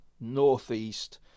northeast